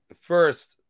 first